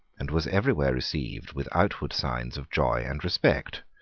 and was everywhere received with outward signs of joy and respect,